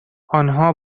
آنها